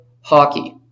hockey